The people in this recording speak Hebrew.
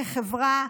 כחברה,